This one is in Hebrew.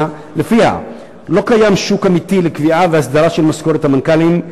שלפיה לא קיים שוק אמיתי לקביעה והסדרה של משכורת המנכ"לים,